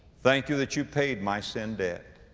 thank you that you paid my sin-debt